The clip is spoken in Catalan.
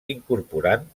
incorporant